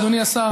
אדוני השר,